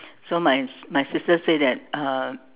so my my sister say that uh